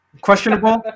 questionable